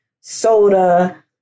soda